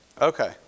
Okay